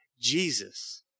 Jesus